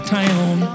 town